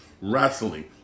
wrestling